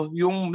yung